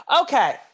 Okay